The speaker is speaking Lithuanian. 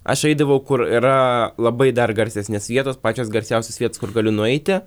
aš eidavau kur yra labai dar garsesnės vietos pačios garsiausios vietos kur galiu nueiti